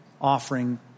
offering